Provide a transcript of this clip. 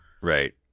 Right